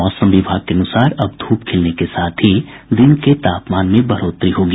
मौसम विभाग के अनुसार अब धूप खिलने के साथ ही दिन के तापमान में बढ़ोतरी होगी